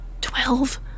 Twelve